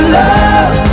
love